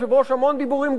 המון דיבורים גדולים,